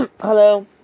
Hello